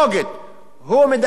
הוא מעביר את הגזירות,